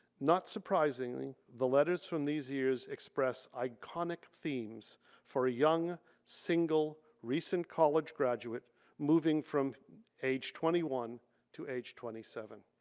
not surprisingly the letters from these years express iconic themes for a young single recent college graduate moving from age twenty one to age twenty seven.